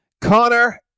Connor